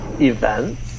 events